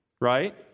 right